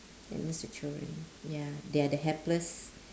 that means the children ya they are the helpless